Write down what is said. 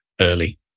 early